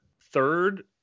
third